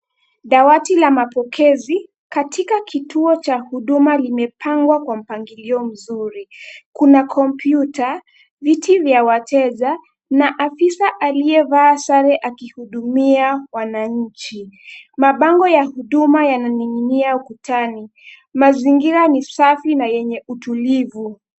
Dawati la mapokezi katika kituo cha huduma limepangwa kwa mpangilio mzuri. Kuna kompyuta, viti vya wateja na afisa aliyevaa sare akihudumia wananchi. Mabango ya huduma yananing'inia ukutani. Mazingira ni safi na yenye utulivu.